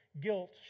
guilt